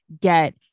get